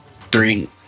Three